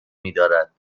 میدارد